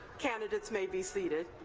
candidates may be seated.